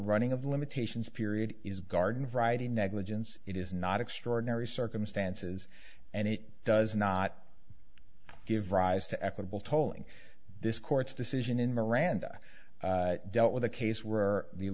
running of limitations period is garden variety negligence it is not extraordinary circumstances and it does not give rise to equitable tolling this court's decision in miranda dealt with a case where the